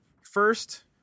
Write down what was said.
first